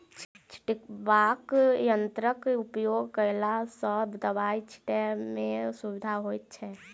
छिटबाक यंत्रक उपयोग कयला सॅ दबाई छिटै मे सुविधा होइत छै